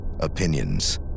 opinions